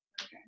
Okay